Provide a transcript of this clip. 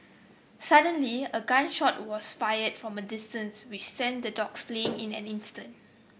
suddenly a gun shot was fired from a distance which sent the dogs fleeing in an instant